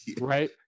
right